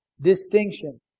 distinction